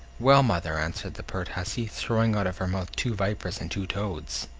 well, mother? answered the pert hussy, throwing out of her mouth two vipers and two toads.